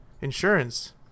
Insurance